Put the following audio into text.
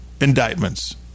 indictments